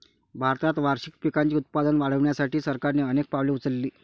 भारतात वार्षिक पिकांचे उत्पादन वाढवण्यासाठी सरकारने अनेक पावले उचलली